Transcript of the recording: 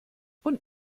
und